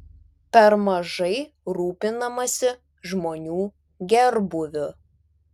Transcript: per mažai rūpinamasi žmonių gerbūviu